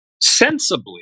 sensibly